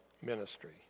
ministry